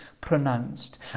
pronounced